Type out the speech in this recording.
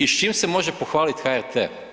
I s čim se može pohvaliti HRT?